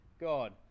God